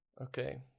Okay